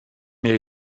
mir